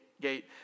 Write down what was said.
gate